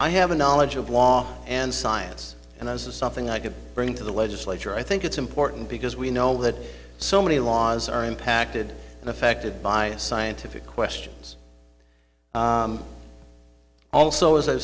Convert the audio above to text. i have a knowledge of law and science and this is something i can bring to the legislature i think it's important because we know that so many laws are impacted in affected by scientific questions also as i